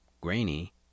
grainy